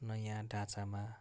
नयाँ ढाँचामा